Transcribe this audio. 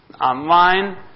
online